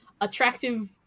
attractive